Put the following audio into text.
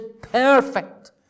perfect